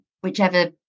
whichever